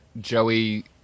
Joey